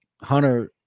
Hunter